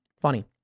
Funny